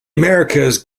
americas